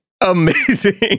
Amazing